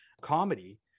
comedy